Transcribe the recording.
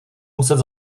muset